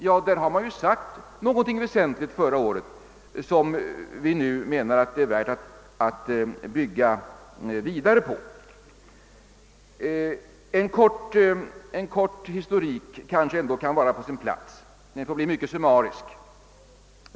Statsutskottet sade alltså förra året någonting väsentligt, som vi anser att det är värt att bygga vidare på. En kort historik kanske ändå kan vara på sin plats — den får bli mycket summarisk.